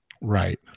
Right